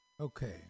okay